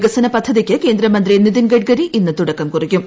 വികസന പദ്ധതിക്ക് കേന്ദ്രമന്ത്രി നിതിൻഗഡ്കരി ഇന്ന് തുടക്കം കുറിക്കും